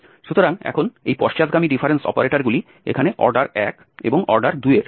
সুতরাং এখন এই পশ্চাদগামী ডিফারেন্স অপারেটরগুলি এখানে অর্ডার 1 এবং অর্ডার 2 এর